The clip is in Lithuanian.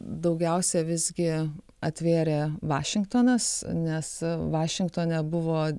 daugiausiai vis gi atvėrė vašingtonas nes vašingtone buvo